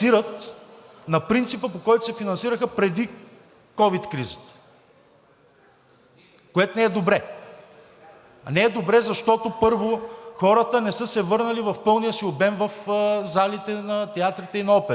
на принципа, по който се финансираха преди ковид кризата, което не е добре. Не е добре, защото, първо, хората не са се върнали в пълния си обем в залите на театрите и на оперите.